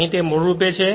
અહીં તે મૂળરૂપે છે